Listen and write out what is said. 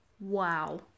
wow